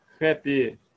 happy